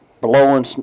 blowing